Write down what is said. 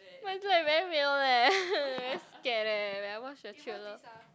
oh-my-god very real leh very scared eh when I watch the trailer